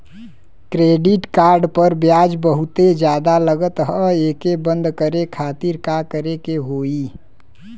Credit card पर ब्याज बहुते ज्यादा लगत ह एके बंद करे खातिर का करे के होई?